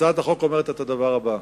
הצעת החוק אומרת את הדבר הבא,